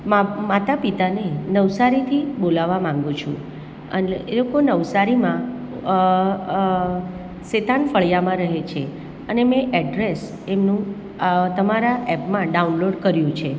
માતા પિતાને નવસારીથી બોલાવવા માગું છું એ લોકો નવસારીમાં સિતાન ફળિયામાં રહે છે અને મેં એડ્રેસ એમનું તમારા એપમાં ડાઉનલોડ કર્યું છે